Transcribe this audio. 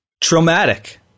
traumatic